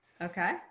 Okay